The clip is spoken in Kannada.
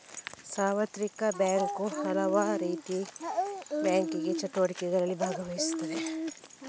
ಸಾರ್ವತ್ರಿಕ ಬ್ಯಾಂಕು ಹಲವಾರುರೀತಿಯ ಬ್ಯಾಂಕಿಂಗ್ ಚಟುವಟಿಕೆಗಳಲ್ಲಿ ಭಾಗವಹಿಸುತ್ತದೆ